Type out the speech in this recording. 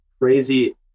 crazy